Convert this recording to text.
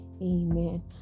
amen